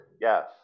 Yes